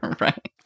Right